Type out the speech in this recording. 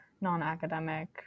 non-academic